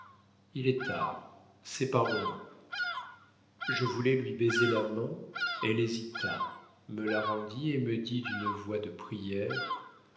il est tard séparons-nous je voulais lui baiser la main elle hésita me la rendit et me dit d'une voix de prière